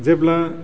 जेब्ला